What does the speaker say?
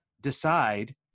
decide